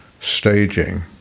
staging